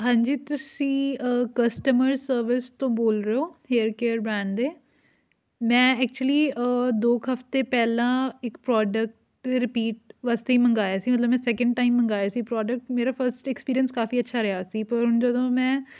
ਹਾਂਜੀ ਤੁਸੀਂ customer service ਤੋਂ ਬੋਲ ਰਹੇ ਹੋ ਹੇਅਰ ਕੇਅਰ ਬ੍ਰੈਨ ਦੇ ਮੈਂ ਐਕਚੁਲੀ ਦੋ ਕੁ ਹਫਤੇ ਪਹਿਲਾਂ ਇੱਕ ਪ੍ਰੋਡਕਟ ਰਿਪੀਟ ਵਾਸਤੇ ਮੰਗਾਇਆ ਸੀ ਮਤਲਬ ਮੈਂ ਸੈਕਿੰਡ ਟਾਈਮ ਮੰਗਾਇਆ ਸੀ ਪ੍ਰੋਡਕਟ ਮੇਰਾ ਫਸਟ ਐਕਸਪੀਰੀਐਂਸ ਕਾਫੀ ਅੱਛਾ ਰਿਹਾ ਸੀ ਪਰ ਜਦੋਂ ਮੈਂ